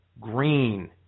Green